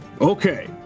Okay